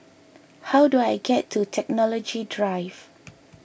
how do I get to Technology Drive